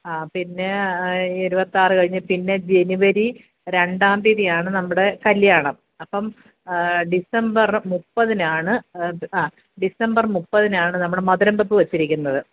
പിന്നെ ഇരുപത്തിയാറ് കഴിഞ്ഞിട്ട് പിന്നെ ജനുവരി രണ്ടാം തീയതി ആണ് നമ്മുടെ കല്യാണം അപ്പം ഡിസംബർ മുപ്പത്തിനാണ് ഡിസംബർ മുപ്പത്തിനാണ് നമ്മൾ മധുരം വെയ്പ്പ് വെച്ചിരിക്കുന്നത്